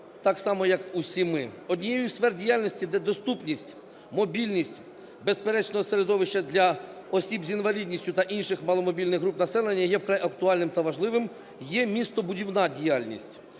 так само як усі ми. Однією з сфер діяльності, де доступність, мобільність безпечного середовища для осіб з інвалідністю та інших маломобільних груп населення є вкрай актуальним та важливим, є містобудівна діяльність.